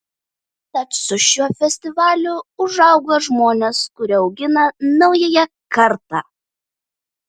tad su šiuo festivaliu užaugo žmonės kurie augina naująją kartą